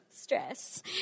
stress